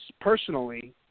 personally